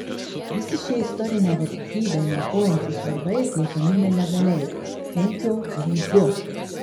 visi šie istorinę vertybę niokojantys darbai atliekami nelegaliai ūkio būdu